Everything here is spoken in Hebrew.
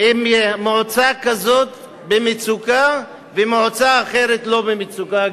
אם מועצה כזאת במצוקה ומועצה אחרת לא במצוקה,